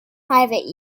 private